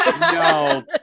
No